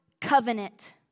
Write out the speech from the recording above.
covenant